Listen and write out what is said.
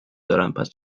دارن، پس